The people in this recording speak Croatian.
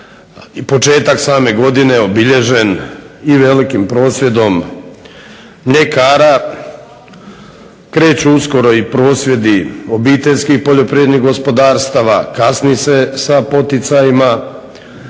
početak same godine obilježen i velikim prosvjedom mljekara, kreću uskoro i prosvjedi obiteljskih poljoprivrednih gospodarstava, kasni se sa poticajima